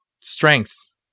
Strengths